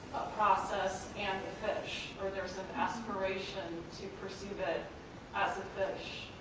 process and a fish, or there's an aspiration to perceive it as a fish,